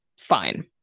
Fine